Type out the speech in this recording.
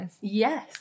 Yes